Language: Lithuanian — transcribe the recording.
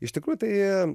iš tikrųjų tai